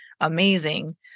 amazing